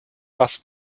was